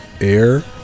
air